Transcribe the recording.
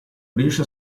riesce